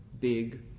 big